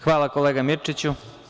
Hvala, kolega Mirčiću.